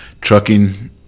trucking